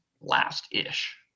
last-ish